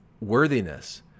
worthiness